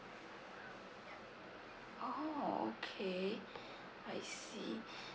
oh okay I see